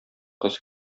кыз